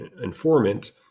informant